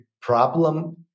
problem